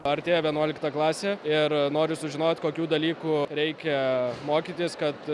artėja vienuolikta klasė ir noriu sužinot kokių dalykų reikia mokytis kad